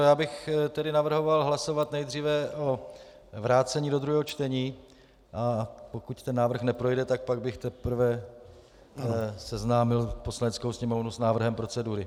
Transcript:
Já bych tedy navrhoval hlasovat nejdříve o vrácení do druhého čtení, a pokud ten návrh neprojde, tak pak bych teprve seznámil Poslaneckou sněmovnu s návrhem procedury.